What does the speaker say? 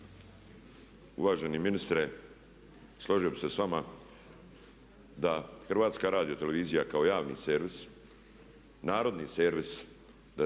Uvaženi ministre, složio bih se s vama da HRT kao javni servis narodni servis,